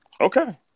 Okay